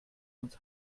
uns